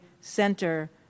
Center